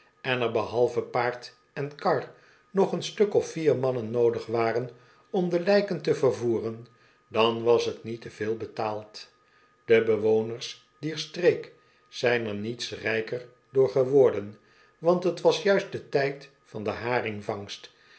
en er behalve paard en kar nog een stuk of vier mannen noodig waren om de lijken te vervoeren dan was t niet te veel betaald de bewoners dier streek zijn er niets rijker door geworden want t was juist de tijd van de